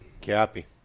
Cappy